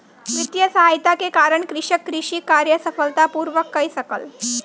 वित्तीय सहायता के कारण कृषक कृषि कार्य सफलता पूर्वक कय सकल